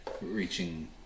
reaching